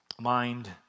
Mind